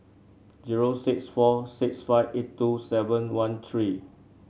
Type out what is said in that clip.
zero six four six five eight two seven one three